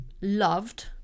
loved